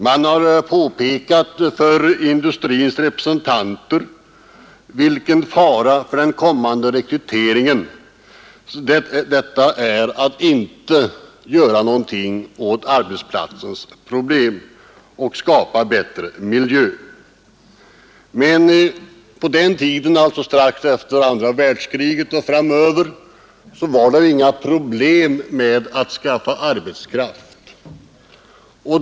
Man har påpekat för industrins representanter hur farligt för den kommande rekryteringen det är att inte göra något åt arbetsplatsens problem och skapa en bättre miljö. Men tidigare, alltså strax efter andra världskriget och framöver, var det inga problem att skaffa arbetskraft.